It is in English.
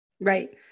right